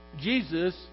Jesus